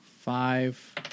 Five